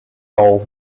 role